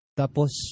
tapos